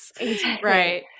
right